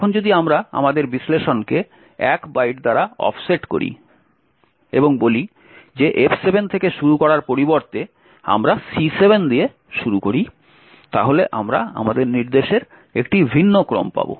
এখন যদি আমরা আমাদের বিশ্লেষণকে 1 বাইট দ্বারা অফসেট করি এবং বলি যে F7 থেকে শুরু করার পরিবর্তে আমরা C7 দিয়ে শুরু করি তাহলে আমরা নির্দেশের একটি ভিন্ন ক্রম পাব